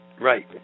Right